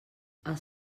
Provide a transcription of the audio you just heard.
els